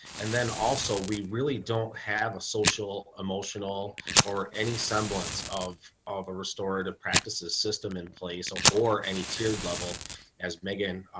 and then also, we really don't have a social emotional or any semblance of of have a restorative practices system in place or or any tiered level as megan.